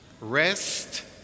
Rest